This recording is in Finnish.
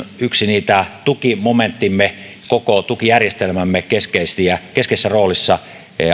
yksi tukimomenttimme ja koko tukijärjestelmämme keskeisessä roolissa